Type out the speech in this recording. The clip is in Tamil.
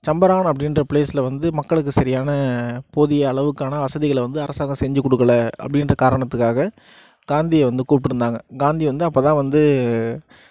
சம்பரான் அப்படின்ற பிளேஸில் வந்து மக்களுக்கு சரியான போதிய அளவுக்கான வசதிகளை வந்து அரசாங்கம் செஞ்சு கொடுக்கல அப்படின்ற காரணத்துக்காக காந்தியை வந்து கூப்பிட்ருந்தாங்க காந்தி வந்து அப்போ தான் வந்து